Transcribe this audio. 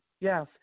Yes